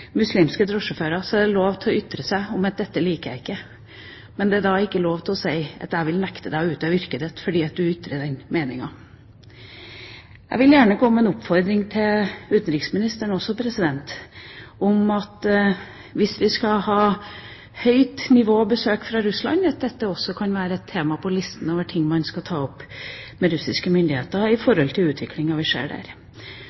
muslimske drosjesjåfører, er det lov å ytre seg og si: Dette liker jeg ikke. Men det er ikke lov å si: Jeg vil nekte deg å utøve yrket ditt fordi du ytrer dine meninger. Jeg vil gjerne komme med en oppfordring til utenriksministeren. Hvis vi skal ha besøk fra Russland på høyt nivå, kan også den utviklingen vi ser der, være tema på listen over det man skal ta opp med russiske myndigheter.